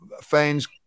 fans